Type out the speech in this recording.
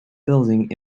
building